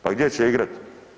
Pa gdje će igrat?